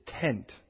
tent